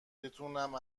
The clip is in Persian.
بتونم